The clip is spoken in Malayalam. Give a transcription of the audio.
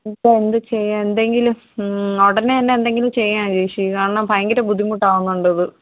ഇതിപ്പോൾ എന്ത് ചെയ്യാൻ എന്തെങ്കിലും ഉടനെ തന്നെ എന്തെങ്കിലും ചെയ്യണം ചേച്ചി കാരണം ഭയങ്കര ബുദ്ധിമുട്ടാവുന്നുണ്ട് ഇത്